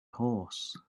horse